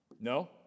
No